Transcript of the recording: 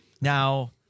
Now